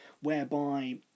whereby